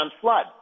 Flood